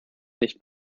nicht